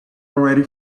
already